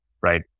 right